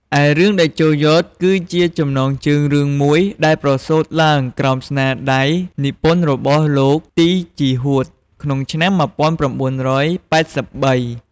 ឯរឿង “តេជោយ៉ត” គឺជាចំណងជើងរឿងមួយ ដែលប្រសូតឡើងក្រោមស្នាដៃនិពន្ធរបស់ លោក ទី ជីហួត ក្នុងឆ្នាំ ១៩៨៣។